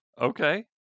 Okay